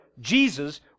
Jesus